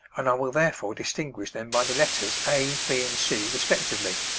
and i will therefore distinguish them by the letters a, b, and c respectively